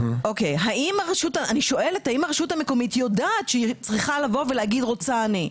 אני שואלת האם הרשות המקומית יודעת שהיא צריכה לבוא ולהגיד - רוצה אני.